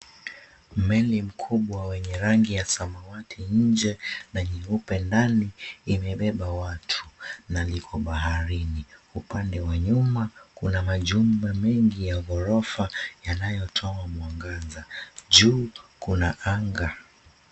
Meli mkubwa wenye rangi ya samawati nje, na nyeupe ndani imebeba watu na liko baharini. Upande wa nyuma Kuna majumba mengi ya ghorofa yanayotoa mwangaza. Juu Kuna anga.